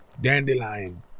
dandelion